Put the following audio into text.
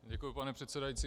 Děkuji, pane předsedající.